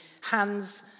hands